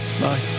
bye